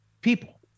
people